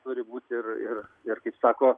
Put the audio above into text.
turi būt ir ir ir kaip sako